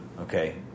Okay